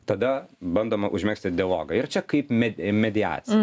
tada bandoma užmegzti dialogą ir čia kaip me mediacija